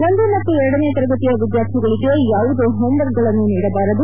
ಒಂದು ಮತ್ತು ಎರಡನೇ ತರಗತಿಯ ವಿದ್ವಾರ್ಥಿಗಳಿಗೆ ಯಾವುದೇ ಹೋಮ್ ವರ್ಕ್ಗಳನ್ನು ನೀಡಬಾರದು